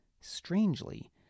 Strangely